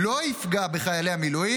לא יפגע בחיילי המילואים,